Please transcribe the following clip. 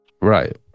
Right